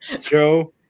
Joe